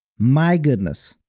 my goodness.